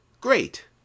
Great